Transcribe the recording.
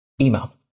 email